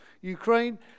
Ukraine